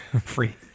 Free